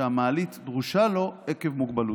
והמעלית דרושה לו עקב מוגבלותו.